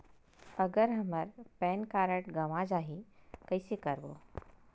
अगर हमर PAN card गवां जाही कइसे करबो?